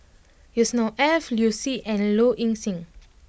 Yusnor Ef Liu Si and Low Ing Sing